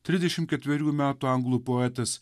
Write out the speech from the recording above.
trisdešim ketverių metų anglų poetas